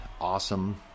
awesome